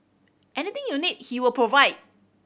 anything you need he will provide